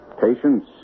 Patience